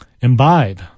Imbibe